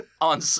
on